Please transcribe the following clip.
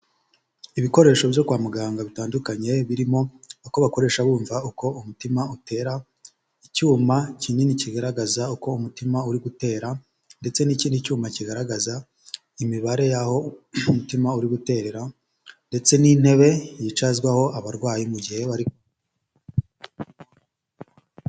Ibikoresho byo kwa muganga bitandukanye birimo uko bakoresha bumva uko umutima utera, icyuma kinini kigaragaza uko umutima uri gutera ndetse n'ikindi cyuma kigaragaza imibare y'aho umutima uri guterera ndetse n'intebe yicazwaho abarwayi mu gihe bari.